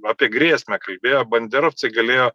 apie grėsmę kalbėjo banderovcai galėjo